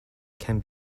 can